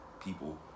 people